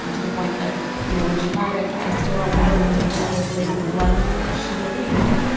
um to the point that you know when she died, i i still don't know definitively what she believed.